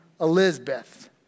Elizabeth